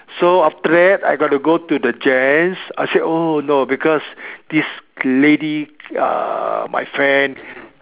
so after that I got to go to the gents I say oh no because this lady ah my friend